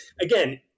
Again